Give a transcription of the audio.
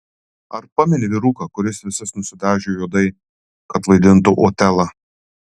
ar pameni vyruką kuris visas nusidažė juodai kad vaidintų otelą